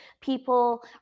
people